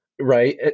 right